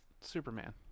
superman